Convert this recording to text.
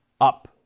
Up